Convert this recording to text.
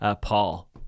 Paul